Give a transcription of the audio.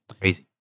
Crazy